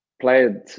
played